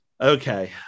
okay